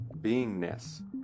beingness